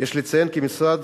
יש לציין כי המשרד